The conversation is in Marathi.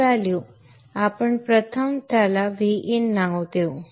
काही मूल्य आपण प्रथम त्याला Vin नाव देऊ